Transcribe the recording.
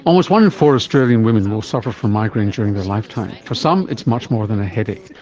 almost one in four australian women will suffer from migraine during their lifetime. for some it's much more than a headache.